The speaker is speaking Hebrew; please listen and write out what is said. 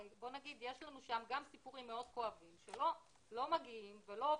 יש לנו שם גם סיפורים מאוד כואבים שלא מגיעים ולא עוברים,